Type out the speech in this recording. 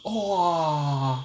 !wah!